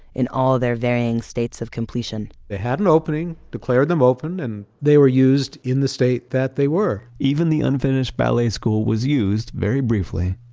in all their varying states completion they had an opening, declared them open, and they were used in the state that they were even the unfinished ballet school was used very briefly,